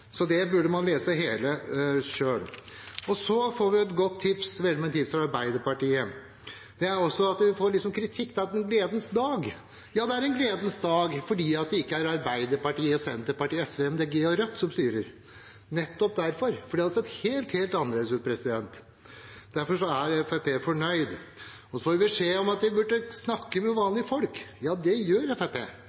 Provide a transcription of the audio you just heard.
burde lese hele selv. Så får vi et godt og velment tips fra Arbeiderpartiet. Vi får liksom kritikk for at det er en gledens dag. Ja, det er en gledens dag fordi det ikke er Arbeiderpartiet, Senterpartiet, SV, Miljøpartiet De Grønne og Rødt som styrer, nettopp derfor, for det hadde sett helt, helt annerledes ut. Derfor er Fremskrittspartiet fornøyd. Vi får beskjed om at vi burde snakke med vanlige folk. Ja, det gjør